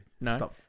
no